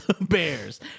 bears